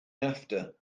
after